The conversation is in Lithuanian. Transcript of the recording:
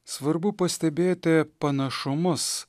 svarbu pastebėti panašumus